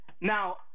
Now